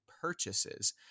purchases